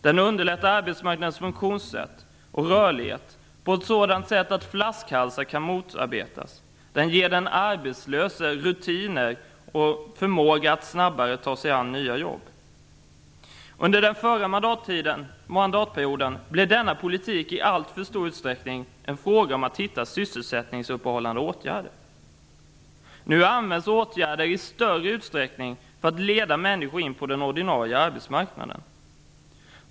Den underlättar arbetsmarknadens funktionssätt och rörlighet på ett sådant sätt att flaskhalsar kan motarbetas. Den ger den arbetslöse rutiner och förmåga att snabbare ta sig an nya jobb. Under den förra mandatperioden blev denna politik i alltför stor utsträckning en fråga om att hitta sysselsättningsuppehållande åtgärder. Nu används åtgärder i större utsträckning för att leda människor in på den ordinarie arbetsmarknaden.